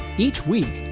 each week,